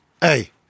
hey